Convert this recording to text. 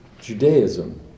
Judaism